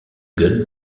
gun